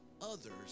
others